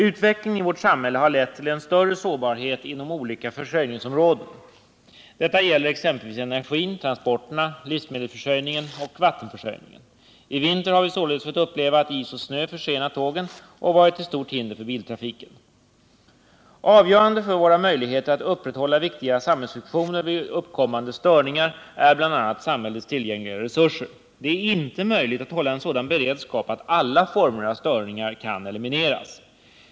Utvecklingen i vårt samhälle har lett till en större sårbarhet inom olika försörjningsområden. Detta gäller exempelvis energin, transporterna, livsmedelsförsörjningen och vattenförsörjningen. I vinter har vi således fått uppleva att is och snö försenat tågen och varit till stort hinder för biltrafiken. Avgörande för våra möjligheter att upprätthålla viktiga samhällsfunktioner vid uppkommande störningar är bl.a. samhällets resurser. Det är emellertid inte möjligt att hålla en sådan beredskap att alla former av störningar kan elimineras.